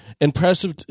Impressive